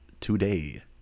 today